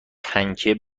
پنکه